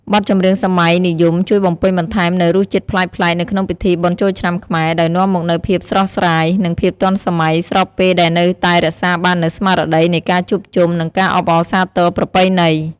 បទចម្រៀងសម័យនិយមជួយបំពេញបន្ថែមនូវរសជាតិប្លែកៗនៅក្នុងពិធីបុណ្យចូលឆ្នាំខ្មែរ ដោយនាំមកនូវភាពស្រស់ស្រាយ និងភាពទាន់សម័យ ស្របពេលដែលនៅតែរក្សាបាននូវស្មារតីនៃការជួបជុំ និងការអបអរសាទរប្រពៃណី។